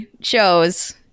shows